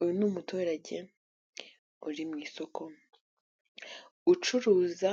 Uyu ni umuturage uri mu isoko ucuruza